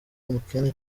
umukene